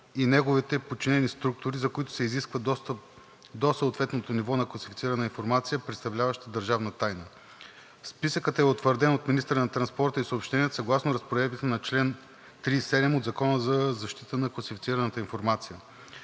и неговите подчинени структури, за които се изисква достъп до съответното ниво на класифицирана информация, представляваща държавна тайна. Списъкът е утвърден от министъра на транспорта и съобщенията съгласно разпоредбите на чл. 37 от Закона за защита на класифицираната информация.